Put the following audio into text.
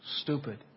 stupid